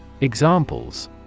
Examples